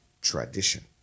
Tradition